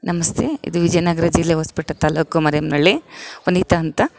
ನಮಸ್ತೆ ಇದು ವಿಜಯನಗರ ಜಿಲ್ಲೆ ಹೊಸ್ಪೇಟೆ ತಾಲೂಕು ಮರಿಯಮ್ನಹಳ್ಳಿ ವನಿತಾ ಅಂತ